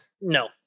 No